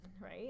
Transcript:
right